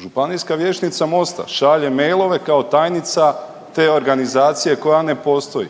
Županijska vijećnica Mosta šalje mailove kao tajnica te organizacije koja ne postoji.